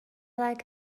like